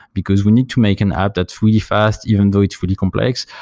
because we need to make an app that's really fast, even though it's really complex.